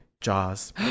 Jaws